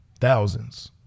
thousands